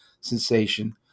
sensation